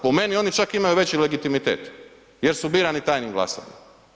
Po meni oni čak imaju veći legitimitet jer su birani tajnim glasovanjem.